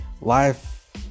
Life